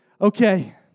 Okay